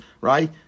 right